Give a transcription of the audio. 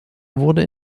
wurde